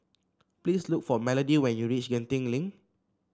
please look for Melodee when you reach Genting Link